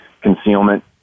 concealment